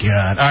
God